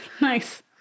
Nice